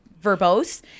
verbose